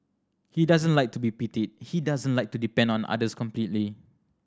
he doesn't like to be pitied he doesn't like to depend on others completely